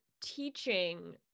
teaching